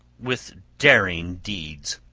with daring deeds,